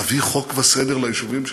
תביא חוק וסדר ליישובים שלנו.